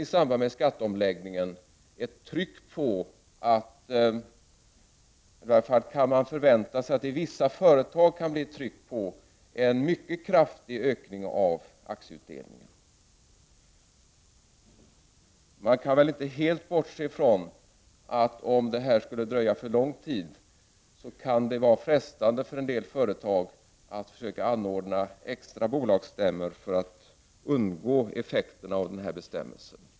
I samband med skatteomläggningen kan man förvänta sig att det i vissa företag blir ett tryck på en mycket kraftig höjning av aktieutdelningarna. Om detta skulle dra ut på tiden går det inte att helt bortse ifrån att en del företag kan frestas att anordna extra bolagsstämmor för att undgå effekten av denna bestämmelse.